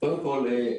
קודם כל,